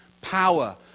power